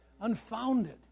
unfounded